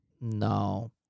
No